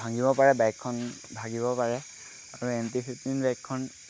ভাঙিব পাৰে বাইকখন ভাগিব পাৰে আৰু এন টি ফিফটিন বাইকখন